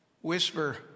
whisper